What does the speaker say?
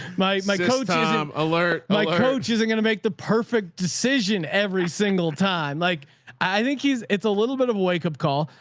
my my coach um alert my coach. isn't going to make the perfect decision every single time. like i think he's, it's a little bit of a wake up call.